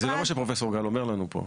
כי זה לא מה שפרופסור גל אומר לנו פה.